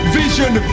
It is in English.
vision